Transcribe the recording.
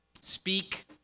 speak